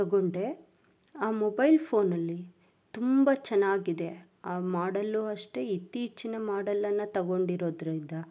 ತಗೊಂಡೆ ಆ ಮೊಬೈಲ್ ಫೋನಲ್ಲಿ ತುಂಬ ಚೆನ್ನಾಗಿದೆ ಆ ಮಾಡೆಲ್ಲು ಅಷ್ಟೆ ಇತ್ತೀಚಿನ ಮಾಡೆಲ್ಲನ್ನು ತಗೊಂಡಿರೊದರಿಂದ